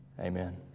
amen